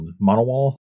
monowall